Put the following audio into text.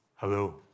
Hello